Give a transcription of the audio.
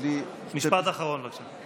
משפט אחרון, בבקשה.